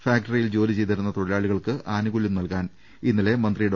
factory യിൽ ജോലി ചെയ്തിരുന്ന തൊഴിലാളികൾക്ക് ആനുകൂല്യം നൽകാൻ ഇന്നലെ മന്ത്രി ഡോ